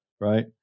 right